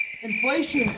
Inflation